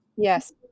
Yes